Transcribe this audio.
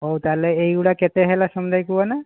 ହଉ ତାହାଲେ ଏଇଗୁଡ଼ା କେତେ ହେଲା ସମୁଦାୟ କୁହନା